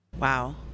wow